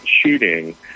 shooting